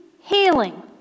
healing